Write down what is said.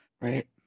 right